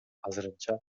азырынча